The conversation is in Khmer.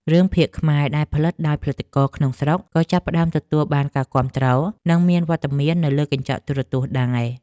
រឿងភាគខ្មែរដែលផលិតដោយផលិតករក្នុងស្រុកក៏ចាប់ផ្តើមទទួលបានការគាំទ្រ និងមានវត្តមាននៅលើកញ្ចក់ទូរទស្សន៍ដែរ។